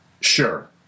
Sure